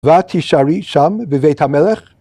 ‫ואת תישארי שם בבית המלך?